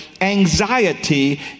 anxiety